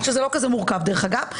שזה לא כזה מורכב דרך אגב,